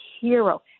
hero